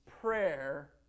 prayer